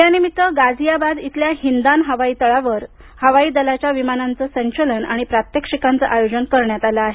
यानिमित्त गाझियाबाद इथल्या हिंदान हवाईतळावर हवाई दलाच्या विमानांचे संचलन आणि प्रात्यक्षिकांचं आयोजन करण्यात आलं आहे